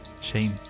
Shame